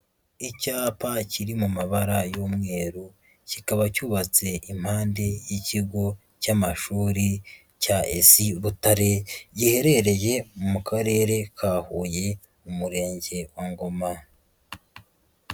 Icyapa kiri mu mabara y'umweru, kikaba cyubatse impande y'ikigo cy'amashuri cya ES Butare, giherereye mu karere ka huye Umurenge wa Ngoma.